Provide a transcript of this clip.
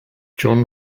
john